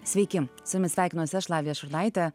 sveiki su jumis sveikinuose aš lavija šurnaitė